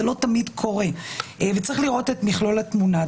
זה לא תמיד קורה וצריך לראות את מכלול התמונה.